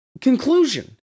conclusion